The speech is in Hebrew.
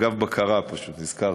אגב בקרה פשוט נזכרתי,